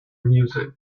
music